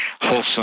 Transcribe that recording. wholesome